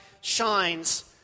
shines